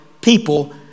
people